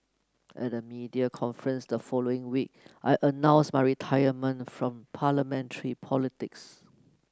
at a media conference the following week I announced my retirement from parliamentary politics